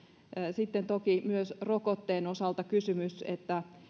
sitten toki myös rokotteen osalta kysymys että